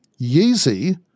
Yeezy